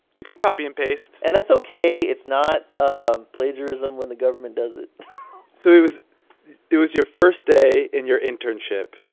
you can copy and paste and that's ok. it's not ah plagiarism when the government does it so it was it was your first day in your internship